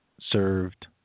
served